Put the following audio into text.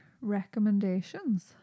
recommendations